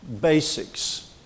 Basics